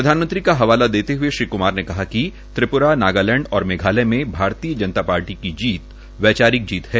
प्रधानमंत्री का हवाला देते हुए श्री कुमार ने कहा कि त्रिप्रा नागालैंड और मेघालय में भारतीय जनता पार्टी की जीत वैचारिक जीत है